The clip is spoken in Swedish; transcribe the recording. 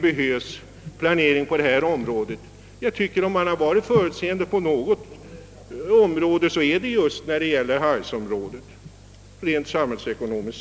Om man någonstans har varit förutseende rent samhällsekonomiskt, så är det just i hargsområdet. Herr talman!